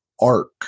arc